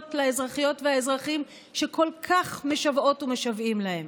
לאזרחיות והאזרחים שכל כך משוועות ומשוועים להם.